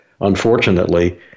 Unfortunately